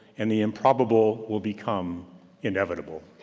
and the improbable will become inevitable.